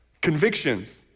Convictions